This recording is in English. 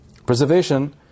Preservation